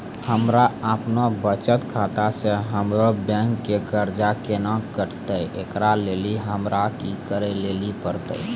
हमरा आपनौ बचत खाता से हमरौ बैंक के कर्जा केना कटतै ऐकरा लेली हमरा कि करै लेली परतै?